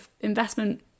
investment